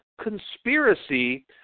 conspiracy